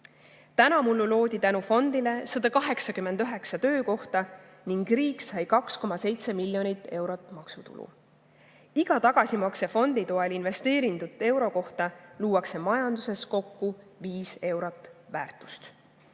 Tunamullu loodi tänu fondile 189 töökohta ning riik sai 2,7 miljonit eurot maksutulu. Iga tagasimaksefondi toel investeeritud euro kohta luuakse majanduses kokku 5 eurot väärtust.